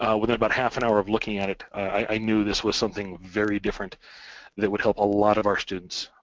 within about half an hour of looking at it, i knew this was something very different that would help a lot of our students,